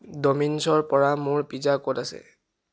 ড'মিন'ছৰপৰা মোৰ পিজ্জা ক'ত আছে